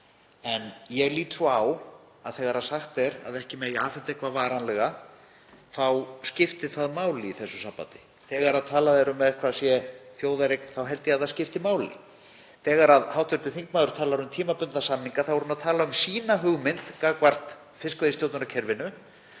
Ég lít svo á að þegar sagt er að ekki megi afhenda eitthvað varanlega þá skipti það máli í þessu sambandi. Þegar talað er um að eitthvað sé þjóðareign held ég að það skipti máli. Þegar hv. þingmaður talar um tímabundna samninga þá er hún að tala um sína hugmynd varðandi fiskveiðistjórnarkerfið.